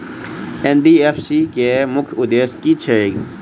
NDFSC केँ मुख्य उद्देश्य की छैक?